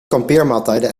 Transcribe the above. kampeermaaltijden